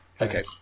Okay